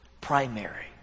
primary